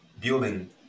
building